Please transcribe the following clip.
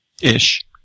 Ish